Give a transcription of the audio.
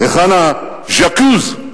היכן ה-J'accuse?